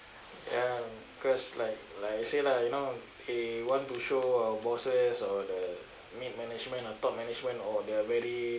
ya cause like like I say lah you know he want to show our bosses or the mid management or top management oh they're very